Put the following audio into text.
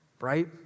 right